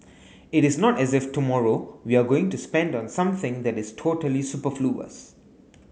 it is not as if tomorrow we are going to spend on something that is totally superfluous